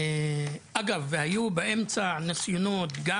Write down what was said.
אגב היו באמצע ניסיונות לשים קץ לסכסוך הזה,